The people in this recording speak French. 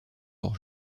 hors